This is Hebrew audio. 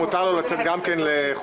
מותר לו לצאת לחופשה.